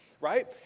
right